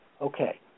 Okay